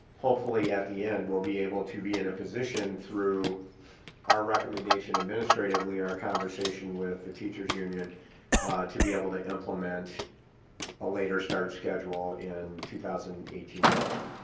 hopefully, at the end will be able to be in a position through our recommendation administratively our conversation with the teacher's union to be able to implement a later start schedule in two thousand and eighteen nineteen.